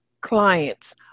clients